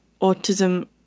autism